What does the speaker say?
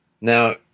Now